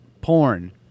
porn